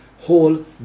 whole